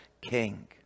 king